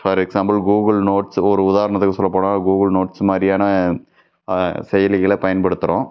for example Google notes ஒரு உதாரணத்துக்கு சொல்லப்போனா கூகுள் நோட்ஸ் மாதிரியான செயலிகளை பயன்படுத்துகிறோம்